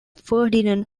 ferdinand